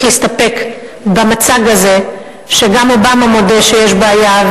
להסתפק במצג הזה שגם אובמה מודה שיש בעיה,